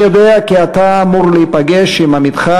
אני יודע כי אתה אמור להיפגש עם עמיתך